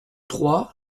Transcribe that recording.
trois